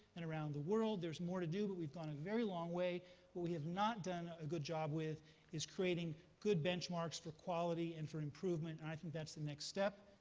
and around the world, there's more to do. but we've got a very long way. what we have not done a good job with is creating good benchmarks for quality and for improvement. i think that's the next step.